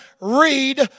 read